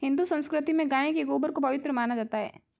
हिंदू संस्कृति में गाय के गोबर को पवित्र माना जाता है